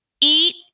Eat